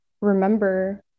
remember